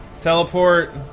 teleport